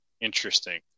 Interesting